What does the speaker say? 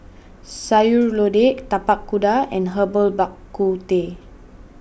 Sayur Lodeh Tapak Kuda and Herbal Bak Ku Teh